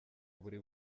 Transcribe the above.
buri